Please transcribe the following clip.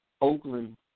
Oakland